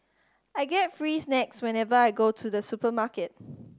I get free snacks whenever I go to the supermarket